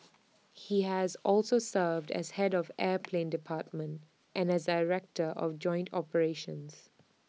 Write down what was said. he has also served as Head of air plan department and as director of joint operations